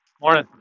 Morning